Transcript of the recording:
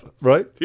right